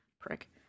Prick